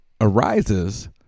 arises